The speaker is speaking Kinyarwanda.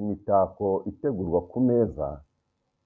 Imitako itegurwa ku meza,